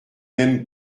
même